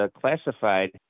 classified